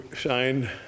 signed